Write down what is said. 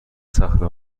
صخره